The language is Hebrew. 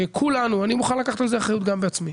שכולנו, אני מוכן לקחת על זה אחריות גם בעצמי.